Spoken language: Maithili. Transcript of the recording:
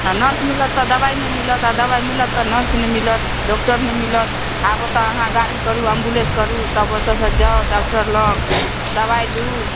नर्स मिलत तऽ दबाइ नहि मिलत आ दबाइ मिलत तऽ नर्स नहि मिलत डॉक्टर नहि मिलत आब ओतय अहाँ गाड़ी करू एम्बुलेंस करू तब ओतयसँ जाउ डॉक्टर लग दबाइ लू